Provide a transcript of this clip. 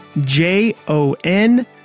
J-O-N